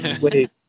Wait